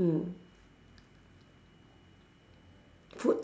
mm food